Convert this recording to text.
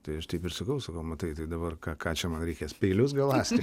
tai aš taip ir sakau sakau matai tai dabar ką ką čia man reikės peilius galąsti